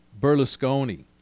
Berlusconi